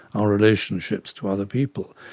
our relationships to other people,